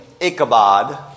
Ichabod